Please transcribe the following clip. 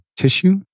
Tissue